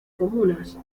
comunas